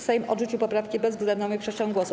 Sejm odrzucił poprawki bezwzględną większością głosów.